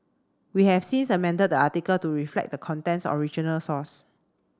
we have since amended the article to reflect the content's original source